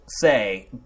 say